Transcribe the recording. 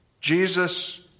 Jesus